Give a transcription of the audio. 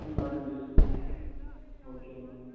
ம் orange juice okay ma'am